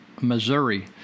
Missouri